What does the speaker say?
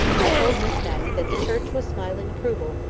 i told miss matty that the church was smiling approval,